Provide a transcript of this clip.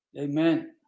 Amen